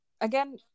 Again